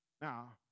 Now